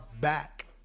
Back